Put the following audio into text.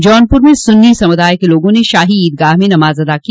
जौनपुर में सुन्नी समुदाय के लोगा ने शाही ईदगाह में नमाज अदा की